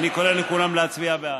אני קורא לכולם להצביע בעד.